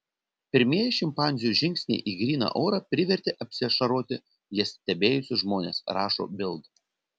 pirmieji šimpanzių žingsniai į gryną orą privertė apsiašaroti jas stebėjusius žmones rašo bild